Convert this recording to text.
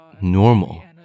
normal